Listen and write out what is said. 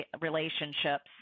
relationships